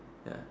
ya